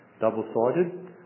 double-sided